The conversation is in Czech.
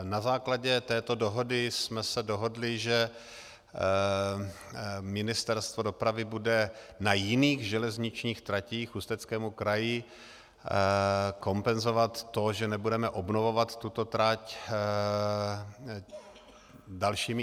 Na základě této dohody jsme se dohodli, že Ministerstvo dopravy bude na jiných železničních tratích k Ústeckému kraji kompenzovat to, že nebudeme obnovovat tuto trať, dalšími investicemi.